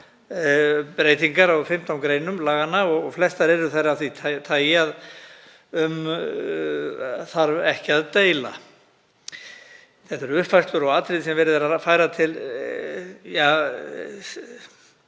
breytingar á 15 greinum laganna. Flestar eru þær af því tagi að um þarf ekki að deila. Þetta eru uppfærslur og atriði sem verið er að færa til